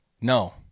No